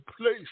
place